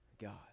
God